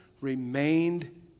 remained